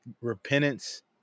Repentance